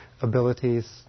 abilities